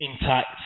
intact